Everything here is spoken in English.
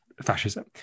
fascism